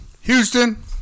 Houston